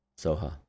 Soha